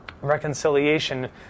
Reconciliation